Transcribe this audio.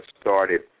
started